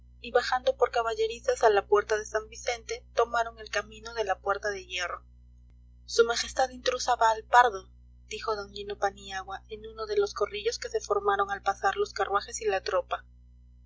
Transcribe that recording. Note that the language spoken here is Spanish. y bajando por caballerizas a la puerta de san vicente tomaron el camino de la puerta de hierro su majestad intrusa va al pardo dijo don lino paniagua en uno de los corrillos que se formaron al pasar los carruajes y la tropa